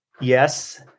Yes